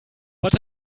but